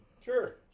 Sure